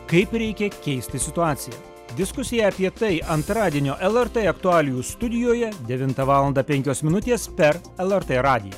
kaip reikia keisti situaciją diskusija apie tai antradienio lrt aktualijų studijoje devintą valandą penkios minutės per lrtradiją